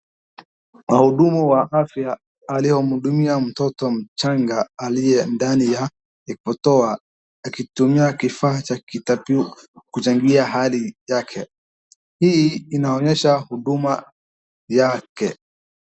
Wahuhumu wa afya aliyomhudumia mtoto mchanga aliye ndani ya ekotoa akitumia kifaa cha kuchangia hali yake. Hii inaonyesha huduma yake.